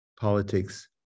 politics